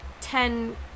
ten